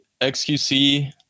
XQC